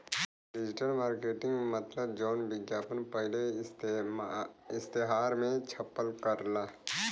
digital marketing मतलब जौन विज्ञापन पहिले इश्तेहार मे छपल करला